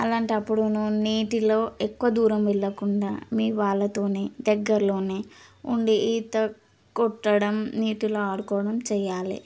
అలాంటప్పుడు నూ నీటిలో ఎక్కువ దూరం వెళ్ళకుండా మీ వాళ్ళతోని దగ్గరలోనే ఉండి ఈత కొట్టడం నీటిలో ఆడుకోడం చెయ్యాలి